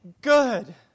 good